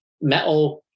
metal